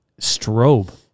strobe